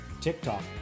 TikTok